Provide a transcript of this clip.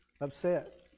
upset